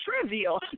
trivial